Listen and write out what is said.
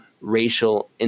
racial